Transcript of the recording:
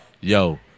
Yo